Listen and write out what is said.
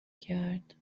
کرد